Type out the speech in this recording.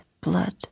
blood